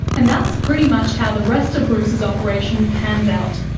and that's pretty much how the rest of bruce's operation pans out.